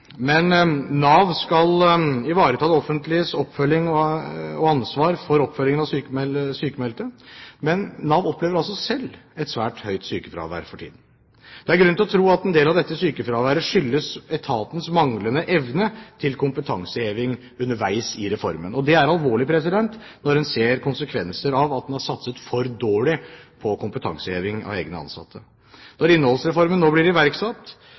Nav skal ivareta det offentliges ansvar for oppfølgingen av sykmeldte, men Nav opplever altså selv et svært høyt sykefravær for tiden. Det er grunn til å tro at en del av dette sykefraværet skyldes etatens manglende evne til kompetanseheving underveis i reformen. Det er alvorlig når en ser konsekvenser av at en har satset for dårlig på kompetanseheving av egne ansatte. Når innholdsreformen nå blir iverksatt,